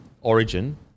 origin